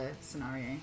scenario